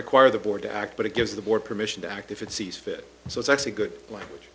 require the board to act but it gives the board permission to act if it sees fit so it's actually good plan